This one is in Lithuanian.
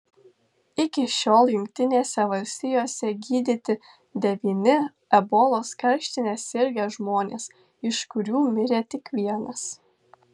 iki šiol jungtinėse valstijose gydyti devyni ebolos karštine sirgę žmonės iš kurių mirė tik vienas